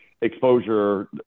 exposure